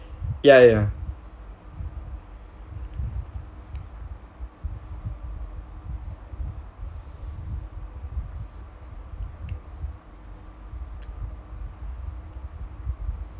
ya ya